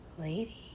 Lady